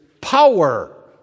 power